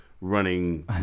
running